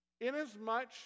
inasmuch